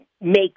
make